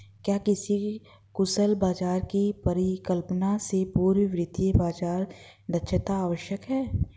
क्या किसी कुशल बाजार की परिकल्पना से पूर्व वित्तीय बाजार दक्षता आवश्यक है?